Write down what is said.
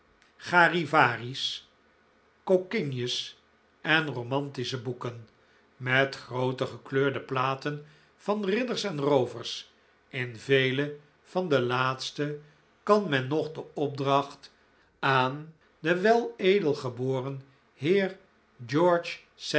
charivari's kokinjes en romantische boeken met groote gekleurde platen van ridders en roovers in vele van de laatste kan men nog de opdracht aan den weled geboren heer